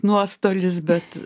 nuostolis bet